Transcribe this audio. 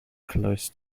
close